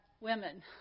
women